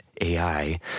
AI